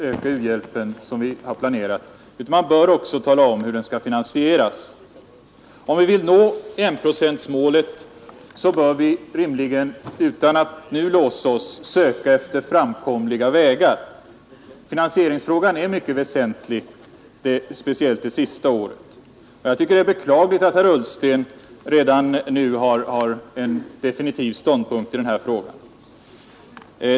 Herr talman! Man bör inte bara tala om vad det kostar att öka u-hjälpen såsom vi planerat utan också hur den skall finansieras. Om vi vill nå enprocentsmålet, bör vi rimligen utan att nu låsa oss söka efter framkomliga vägar. Finansieringsfrågan är mycket väsentlig, speciellt budgetåret 1974/75, och jag tycker att det är beklagligt att herr Ullsten redan nu har en definitiv ståndpunkt i denna fråga.